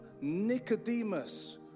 Nicodemus